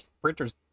printer's